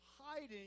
hiding